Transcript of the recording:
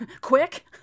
quick